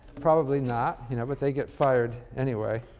probably not, you know but they get fired anyway.